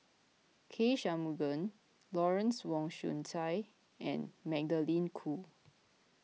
K Shanmugam Lawrence Wong Shyun Tsai and Magdalene Khoo